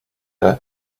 her